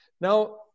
Now